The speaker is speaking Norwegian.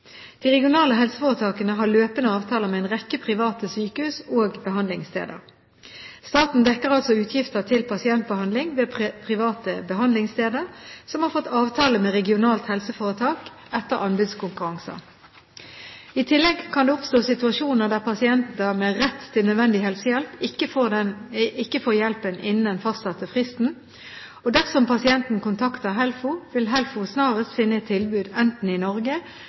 De regionale helseforetakene har løpende avtaler med en rekke private sykehus og behandlingssteder. Staten dekker altså utgifter til pasientbehandling ved private behandlingssteder som har fått avtale med regionalt helseforetak etter anbudskonkurranser. I tillegg kan det oppstå situasjoner der pasienter med rett til nødvendig helsehjelp ikke får hjelpen innen den fastsatte fristen. Dersom pasienten kontakter HELFO, vil HELFO snarest finne et tilbud enten i Norge